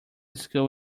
school